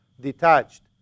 detached